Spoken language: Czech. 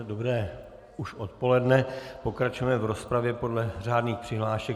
Dobré už odpoledne, pokračujeme v rozpravě podle řádných přihlášek.